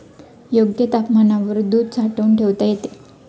योग्य तापमानावर दूध साठवून ठेवता येते